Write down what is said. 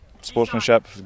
sportsmanship